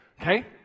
Okay